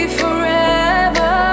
forever